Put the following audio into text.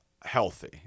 Healthy